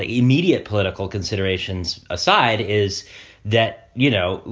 ah immediate political considerations aside, is that, you know,